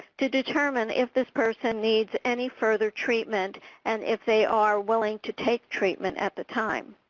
to determine if this person needs any further treatment and if they are willing to take treatment at the time.